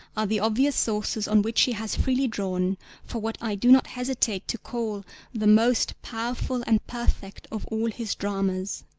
are the obvious sources on which he has freely drawn for what i do not hesitate to call the most powerful and perfect of all his dramas.